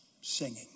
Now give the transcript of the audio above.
singing